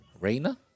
Reina